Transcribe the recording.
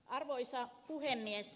arvoisa puhemies